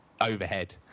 overhead